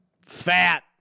Fat